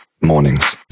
mornings